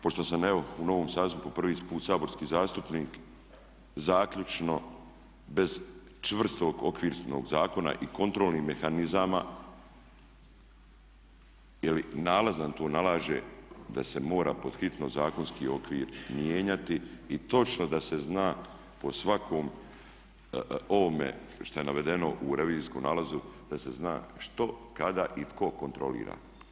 Pošto sam evo u novom sazivu i po prvi put saborski zastupnik zaključno bez čvrstog okvirnog zakona i kontrolnih mehanizama jer nalaz nam to nalaže da se mora pod hitno zakonski okvir mijenjati i točno da se zna po svakom ovome što je navedeno u revizijskom nalazu da se zna što, kada i tko kontrolira.